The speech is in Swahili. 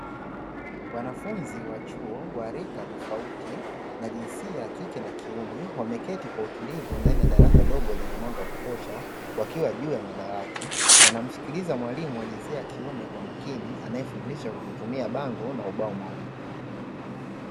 Wanafunzi wa chuo wa rika tofauti na jinsia ya kike na kiume, wameketi kwa utulivu ndani ya darasa dogo lenye mwanga wa kutosha, wakiwa juu ya madawati wanamsikiliza mwalimu wa jinsia ya kiume kwa makini anayefundisha kwa kutumia bango na ubao mweupe.